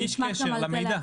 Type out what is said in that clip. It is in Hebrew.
איש קשר למידע.